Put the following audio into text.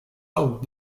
out